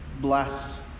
bless